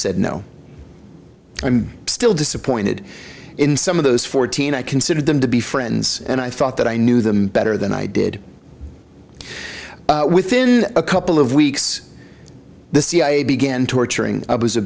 said no i'm still disappointed in some of those fourteen i considered them to be friends and i thought that i knew them better than i did within a couple of weeks the cia begin torturing was a